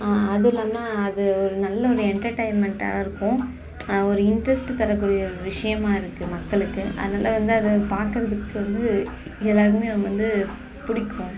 அது இல்லைன்னா அது ஒரு நல்ல ஒரு என்டர்டெயின்மெண்டாக இருக்கும் ஒரு இன்ட்ரெஸ்ட்டு தரக்கூடிய ஒரு விஷயமா இருக்குது மக்களுக்கு அதனால் வந்து அதை பார்க்கறதுக்கு வந்து எல்லோருக்குமே ரொம்ப வந்து பிடிக்கும்